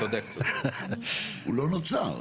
הוא לא נוצר.